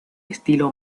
estilo